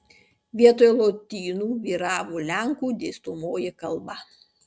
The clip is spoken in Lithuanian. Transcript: vietoj lotynų vyravo lenkų dėstomoji kalba